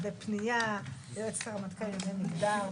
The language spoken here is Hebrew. הייתה תמימות דעים על העניין הזה בוועדה.